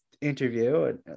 interview